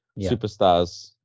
superstars